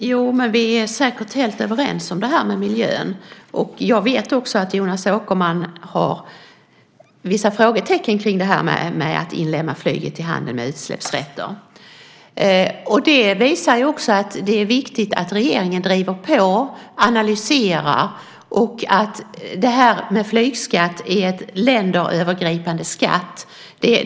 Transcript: Herr talman! Ja, vi är säkert helt överens om det här med miljön. Jag vet också att Jonas Åkerman har vissa frågetecken kring detta att inlemma flyget i handeln med utsläppsrätter. Det visar också att det är viktigt att regeringen driver på och analyserar och att flygskatt är en länderövergripande skatt.